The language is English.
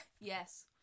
yes